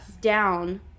down